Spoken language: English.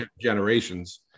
generations